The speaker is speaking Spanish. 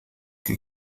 que